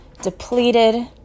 depleted